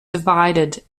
divided